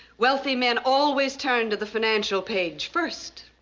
wealthy men always turn to the financial page first.